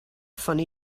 funny